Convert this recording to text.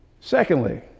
Secondly